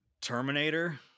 Terminator